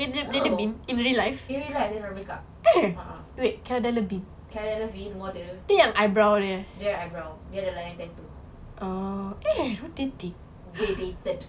ya in real life then dah break up ah ah kara loving model dia yang eyebrow dia ada lion tattoo they dated